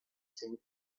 think